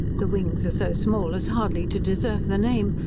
the wings are so small as hardly to deserve the name,